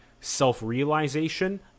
self-realization